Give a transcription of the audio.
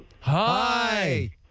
Hi